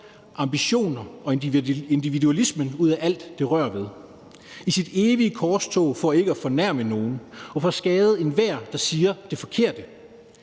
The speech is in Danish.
ambitioner og individualisme ud af alt, det rører ved, i sit evige korstog for ikke at fornærme nogen og for at skade enhver, der siger det forkerte.